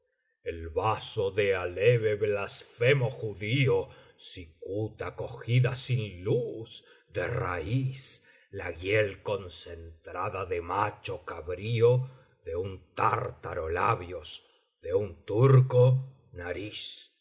el bazo de aleve blasfemo judío cicuta cogida sin luz de raíz la hiél concentrada de macho cabrío de un tártaro labios de un turco nariz